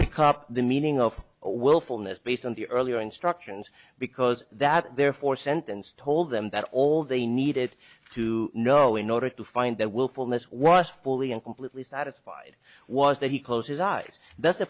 pick up the meaning of a willfulness based on the earlier instructions because that therefore sentence told them that all they needed to know in order to find that wilfulness was fully and completely satisfied was that he closed his eyes that's the